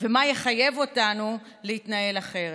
ומה יחייב אותנו להתנהל אחרת.